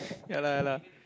ya lah ya lah